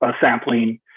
sampling